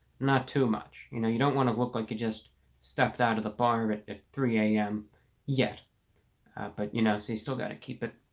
not too much you know, you don't want to look like you just stepped out of the bar but at three zero a m yet but you know, so you still got to keep it,